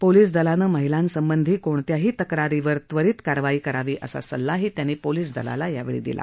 पोलिसदलानं महिलांसंबधी कोणत्याही तक्रारीवर त्वरीत कारवाई करावी असा सल्लाही त्यांनी पोलिसदलाला दिला